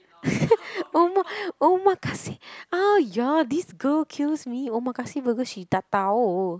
oma~ Omakase !aiya! this girl kills me Omakase burger she tak tahu